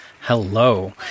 Hello